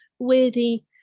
weirdy